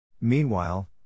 Meanwhile